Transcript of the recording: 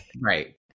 right